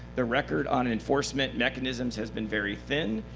the record on enforcement mechanisms has been very thin.